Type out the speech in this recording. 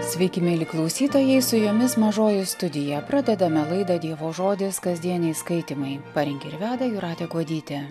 sveiki mieli klausytojai su jumis mažoji studija pradedame laidą dievo žodis kasdieniai skaitymai parengė ir veda jūratė kuodytė